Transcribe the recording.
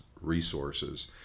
resources